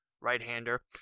right-hander